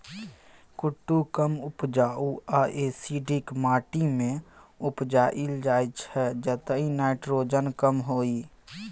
कुट्टू कम उपजाऊ आ एसिडिक माटि मे उपजाएल जाइ छै जतय नाइट्रोजन कम होइ